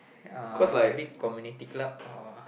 uh maybe community club or